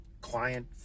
client